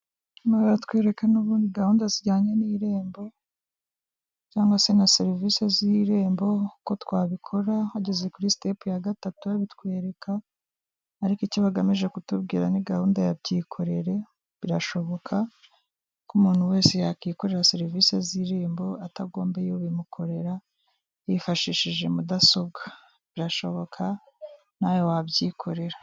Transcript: Inkuru igaragaza abantu bari kwamamaza umukandida dogiteri Habineza furaka mu matora ya perezida w'umukuru w'igihugu cy'u Rwanda.